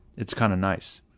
it's kind of nice.